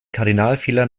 kardinalfehler